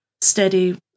steady